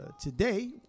today